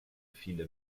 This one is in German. viele